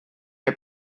are